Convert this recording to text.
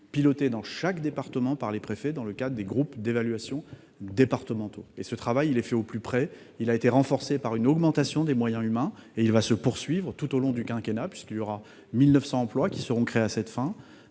pilotés dans chaque département par les préfets, dans le cadre des groupes d'évaluation départementaux. Ce travail est effectué au plus près, il a été renforcé par une augmentation des moyens humains et il va se poursuivre tout au long du quinquennat, puisque 1 900 emplois seront créés à cette fin.